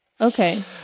okay